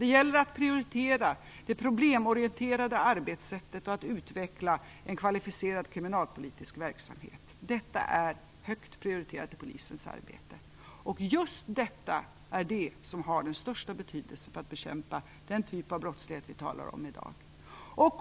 Det gäller att prioritera det problemorienterade arbetssättet och att utveckla en kvalificerad kriminalpolitisk verksamhet. Detta är högt prioriterat i Polisens arbete. Just detta är det som har den största betydelsen för att bekämpa den typ av brottslighet som vi talar om i dag.